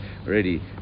already